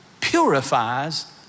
purifies